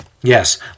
Yes